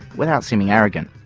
without seeming arrogant,